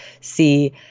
see